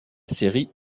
série